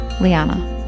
Liana